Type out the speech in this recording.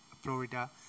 Florida